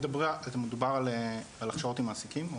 מדובר על הכשרות עם מעסיקים.